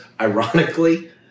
ironically